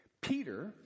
Peter